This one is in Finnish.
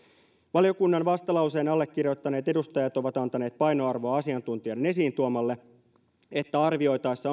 valiokunnan vastalauseen allekirjoittaneet edustajat ovat antaneet painoarvoa asiantuntijan esiin tuomalle asialle että arvioitaessa